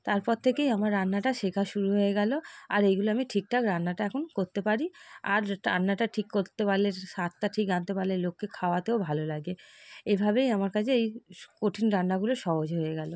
তারপর থেকেই আমার রান্নাটা শেখা শুরু হয়ে গেলো আর এইগুলো আমি ঠিকঠাক রান্নাটা এখন করতে পারি আর রান্নাটা ঠিক করতে পারলে স্বাদটা ঠিক আনতে পারলে লোককে খাওয়াতেও ভালো লাগে এইভাবেই আমার কাছে এই কঠিন রান্নাগুলো সহজ হয়ে গেলো